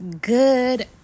Good